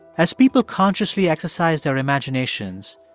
as people consciously exercised their imaginations,